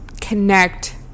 connect